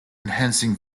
enhancing